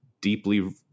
deeply